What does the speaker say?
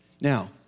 Now